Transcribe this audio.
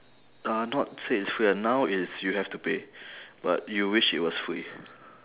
uh not say it's free ah now is you have to pay but you wish it was free